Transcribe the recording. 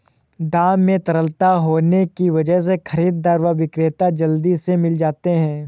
दाम में तरलता होने की वजह से खरीददार व विक्रेता जल्दी से मिल जाते है